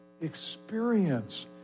experience